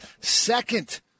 second